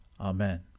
Amen